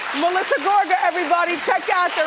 melissa gorga, everybody. check out